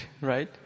right